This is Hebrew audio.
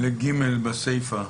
לפסקה (ג), לסיפה.